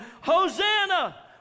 Hosanna